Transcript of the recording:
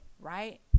right